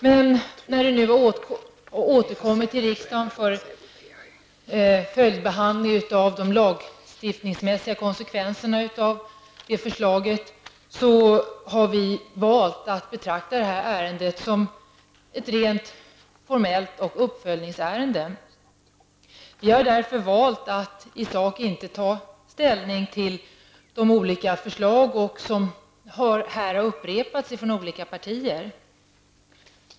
När ärendet nu har återkommit till riksdagen för följdbehandling av de lagstiftningsmässiga konsekvenserna av förslaget, har vi valt att betrakta ärendet som ett rent formellt uppföljningsärende. Vi har därför valt att i sak inte ta ställning till de olika förslag som här har upprepats från olika partier.